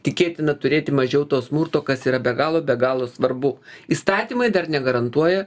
tikėtina turėti mažiau to smurto kas yra be galo be galo svarbu įstatymai dar negarantuoja